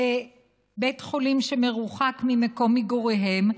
לבית חולים שמרוחק ממקום מגוריהם,